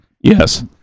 Yes